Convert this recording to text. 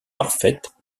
parfaite